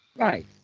Right